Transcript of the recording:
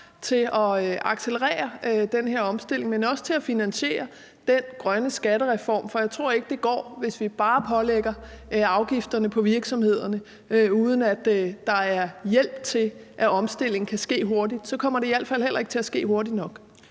til at accelerere den her omstilling, men også til at finansiere den grønne skattereform, for jeg tror ikke, det går, hvis vi bare pålægger virksomheder afgifter, uden at der er hjælp til, at omstillingen kan ske hurtigt – så kommer det i hvert fald ikke til at ske hurtigt nok.